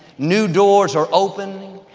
new doors are opening.